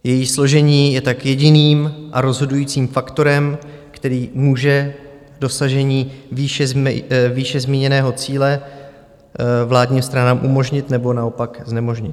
Její složení je tak jediným a rozhodujícím faktorem, který může dosažení výše zmíněného cíle vládním stranám umožnit, nebo naopak znemožnit.